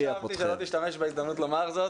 לא חשבתי שלא תשתמש בהזדמנות לומר זאת,